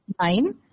nine